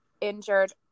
injured